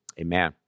amen